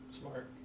Smart